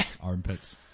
Armpits